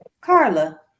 Carla